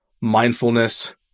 mindfulness